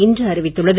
இன்று அறிவித்துள்ளது